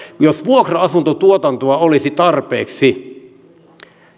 jos vuokra asuntotuotantoa olisi tarpeeksi